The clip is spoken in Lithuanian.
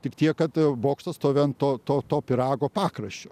tik tiek kad bokštas stovi ant to pyrago pakraščio